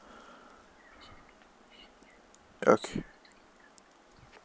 okay